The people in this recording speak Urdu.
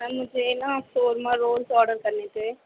میم مجھے نا شورمہ رولس آڈر کرنے تھے